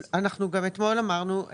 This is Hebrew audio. אנחנו גם אתמול אמרנו,